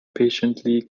patiently